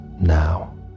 now